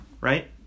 right